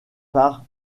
par